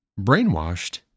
brainwashed